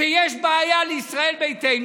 כשיש בעיה לישראל ביתנו,